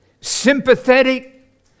sympathetic